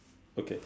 okay